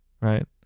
right